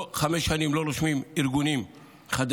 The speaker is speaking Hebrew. וכבר חמש שנים שלא רושמים ארגונים חדשים.